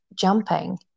jumping